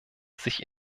sich